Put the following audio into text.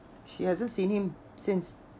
she hasn't seen him since